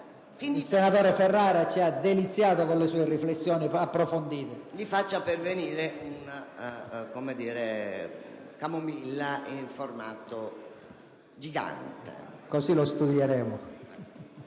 il senatore Ferrara ci ha deliziato con le sue riflessioni approfondite. ADAMO *(PD)*. Gli faccia pervenire una camomilla in formato gigante! Come dicevo,